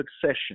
succession